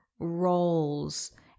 roles